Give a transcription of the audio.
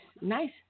Nice